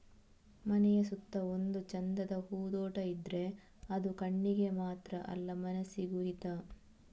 ಮನೆಯ ಸುತ್ತ ಒಂದು ಚಂದದ ಹೂದೋಟ ಇದ್ರೆ ಅದು ಕಣ್ಣಿಗೆ ಮಾತ್ರ ಅಲ್ಲ ಮನಸಿಗೂ ಹಿತ